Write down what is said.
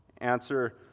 Answer